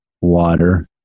water